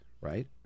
right